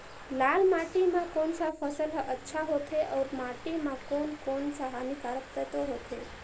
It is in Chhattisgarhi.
लाल माटी मां कोन सा फसल ह अच्छा होथे अउर माटी म कोन कोन स हानिकारक तत्व होथे?